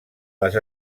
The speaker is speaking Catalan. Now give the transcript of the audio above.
les